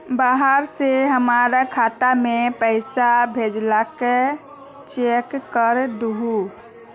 बाहर से हमरा खाता में पैसा भेजलके चेक कर दहु?